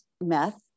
meth